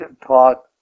taught